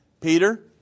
Peter